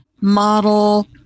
Model